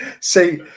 See